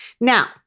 Now